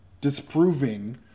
disproving